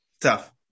Tough